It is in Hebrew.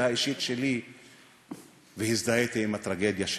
האישית שלי והזדהיתי עם הטרגדיה שלהם.